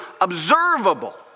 observable